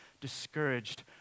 discouraged